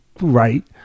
right